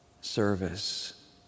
service